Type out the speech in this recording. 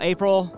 April